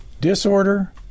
disorder